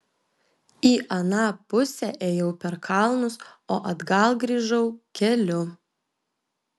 į aną pusę ėjau per kalnus o atgal grįžau keliu